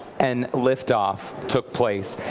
and lift-off took place,